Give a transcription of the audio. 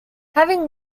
having